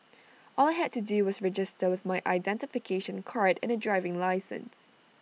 all I had to do was register with my identification card and A driving licence